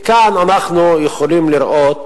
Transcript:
וכאן אנחנו יכולים לראות